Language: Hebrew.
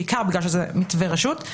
בעיקר בגלל זה מתווה רשות.